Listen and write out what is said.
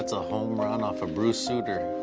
a home run off of bruce sutter.